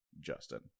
Justin